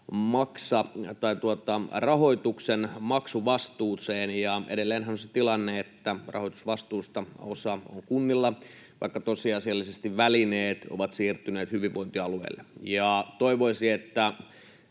rahoituksen maksuvastuuseen. Edelleenhän on se tilanne, että rahoitusvastuusta osa on kunnilla, vaikka tosiasiallisesti välineet ovat siirtyneet hyvinvointialueille, ja toivoisi, että